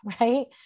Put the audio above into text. Right